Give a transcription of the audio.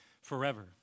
forever